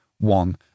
one